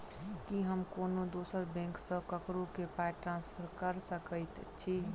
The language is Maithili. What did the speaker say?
की हम कोनो दोसर बैंक सँ ककरो केँ पाई ट्रांसफर कर सकइत छि?